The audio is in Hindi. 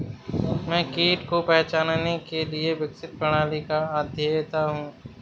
मैं कीट को पहचानने के लिए विकसित प्रणाली का अध्येता हूँ